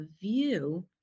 view